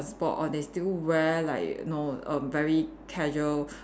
or they still wear like you know erm very casual